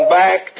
back